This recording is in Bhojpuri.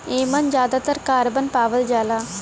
एमन जादातर कारबन पावल जाला